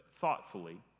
thoughtfully